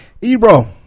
Ebro